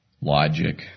logic